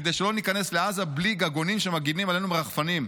כדי שלא ניכנס לעזה בלי גגונים שמגינים עלינו מרחפנים.